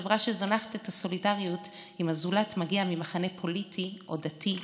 של חברה שזונחת את הסולידריות אם הזולת מגיע ממחנה פוליטי או דתי אחר.